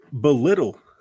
belittle